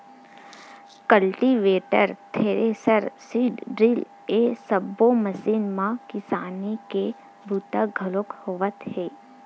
cultivator, thresher, seed drill ए सब्बो machine म किसानी के बूता घलोक होवत हे